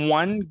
one